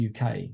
UK